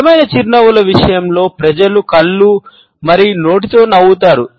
నిజమైన చిరునవ్వుల విషయంలో ప్రజలు కళ్ళు మరియు నోటితో నవ్వుతారు